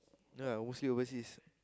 no lah I'm mostly overseas